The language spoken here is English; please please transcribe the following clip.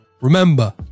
remember